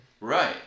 Right